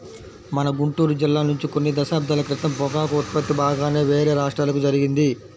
మన గుంటూరు జిల్లా నుంచి కొన్ని దశాబ్దాల క్రితం పొగాకు ఉత్పత్తి బాగానే వేరే రాష్ట్రాలకు జరిగింది